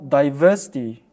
diversity